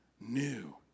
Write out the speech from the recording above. new